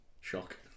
Shock